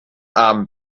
armen